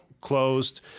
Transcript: closed